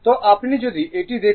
তো আপনি যদি এটি দেখুন